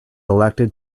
elected